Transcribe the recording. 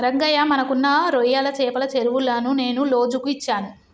రంగయ్య మనకున్న రొయ్యల చెపల చెరువులను నేను లోజుకు ఇచ్చాను